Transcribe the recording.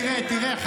תראה,